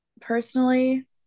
personally